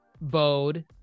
bode